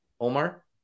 Omar